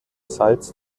salz